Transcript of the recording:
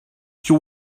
you